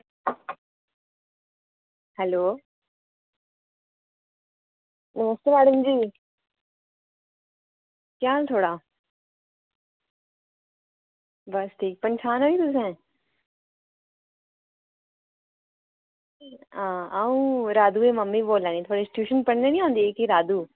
hello नमस्ते madam ji केह् हाल थुआढ़ा बस ठीक पंछानेआं निं तुसें हां अ'ऊं राधुऐ दी मम्मी बोला नी थुआढ़ी ट्यूशन निं पढ़ने गी औंदी जेह्ड़ी राधु